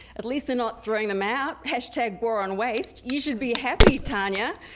at least they're not throwing them out hashtag war on waste. you should be happy, tanya!